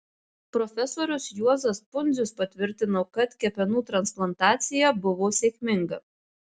profesorius juozas pundzius patvirtino kad kepenų transplantacija buvo sėkminga